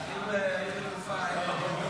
חוק הפרות תעבורה מינהליות, התשפ"ד 2024, נתקבל.